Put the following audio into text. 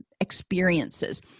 experiences